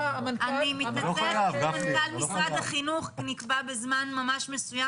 נקבע זמן ממש מסוים